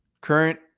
Current